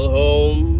home